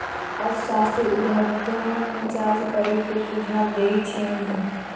अर्थशास्त्री उर्ध्वगम चार्ज करे के सुझाव देइ छिन्ह